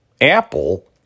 Apple